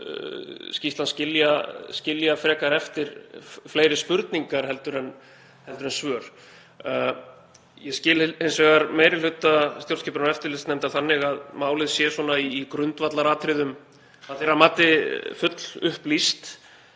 skýrslan skilja frekar eftir fleiri spurningar en svör. Ég skil hins vegar meiri hluta stjórnskipunar- og eftirlitsnefndar þannig að málið sé í grundvallaratriðum að þeirra mati fullupplýst,